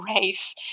race